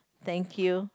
thank you